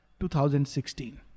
2016